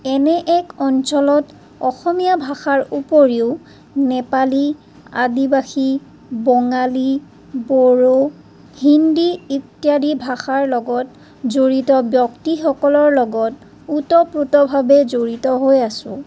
এনে এক অঞ্চলত অসমীয়া ভাষাৰ উপৰিও নেপালী আদিবাসী বঙালী বড়ো হিন্দী ইত্যাদি ভাষাৰ লগত জড়িত ব্যক্তিসকলৰ লগত ওতঃপ্ৰোতভাৱে জড়িত হৈ আছোঁ